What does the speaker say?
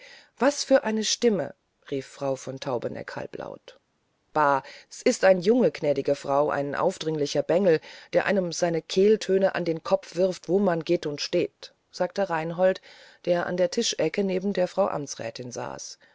was für eine stimme rief frau von taubeneck halblaut bah s ist ein junge gnädige frau ein aufdringlicher bengel der einem seine kehltöne an den kopf wirft wo man geht und steht sagte reinhold der an der tischecke neben der frau amtsrätin saß